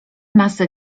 masy